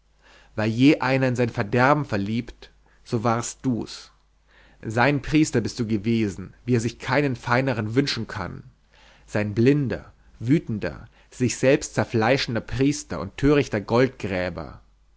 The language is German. war je einer in sein verderben verliebt so warst du's sein priester bist du gewesen wie er sich keinen feineren wünschen kann sein blinder wütender sich selbst zerfleischender priester und törichter